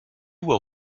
will